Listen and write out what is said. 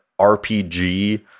RPG